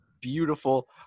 beautiful